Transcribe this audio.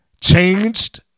changed